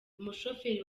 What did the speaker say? umushoferi